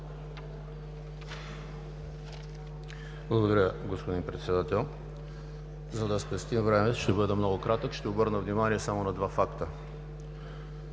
Благодаря, господин Председател. За да спестим време, ще бъда много кратък. Ще обърна внимание само на два факта.